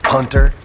Hunter